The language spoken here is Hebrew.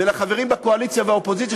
לחברים בקואליציה ובאופוזיציה,